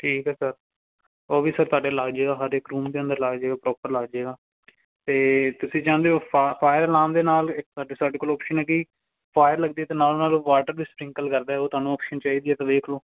ਠੀਕ ਹੈ ਸਰ ਉਹ ਵੀ ਸਰ ਤੁਹਾਡੇ ਲੱਗ ਜੇਗਾ ਹਰ ਇੱਕ ਰੂਮ ਦੇ ਅੰਦਰ ਲੱਗ ਜਾਏਗਾ ਪ੍ਰੋਪਰ ਲੱਗ ਜਾਏਗਾ ਅਤੇ ਤੁਸੀਂ ਚਾਹੁੰਦੇ ਹੋ ਫਾ ਫਾਇਰ ਲਾਉਣ ਦੇ ਨਾਲ ਸਾਡੇ ਸਾਡੇ ਕੋਲ ਆਪਸ਼ਨ ਹੈਗੀ ਫਾਇਰ ਲੱਗਦੇ ਅਤੇ ਨਾਲ ਨਾਲ ਵਾਟਰ ਵੀ ਸਪਰਿੰਕਲ ਕਰਦਾ ਉਹ ਤੁਹਾਨੂੰ ਆਪਸ਼ਨ ਚਾਹੀਦੀ ਹੈ ਤਾਂ ਦੇਖ ਲਓ